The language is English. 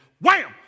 wham